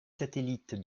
satellite